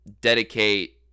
dedicate